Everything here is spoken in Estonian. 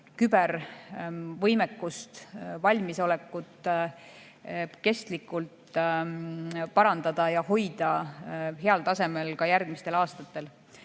kübervõimekust, valmisolekut kestlikult parandada ja hoida heal tasemel ka järgmistel aastatel.